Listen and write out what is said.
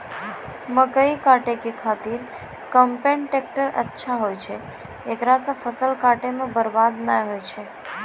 मकई काटै के खातिर कम्पेन टेकटर अच्छा होय छै ऐकरा से फसल काटै मे बरवाद नैय होय छै?